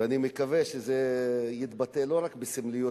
ואני מקווה שזה יתבטא לא רק בסמליות,